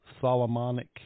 Solomonic